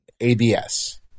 ABS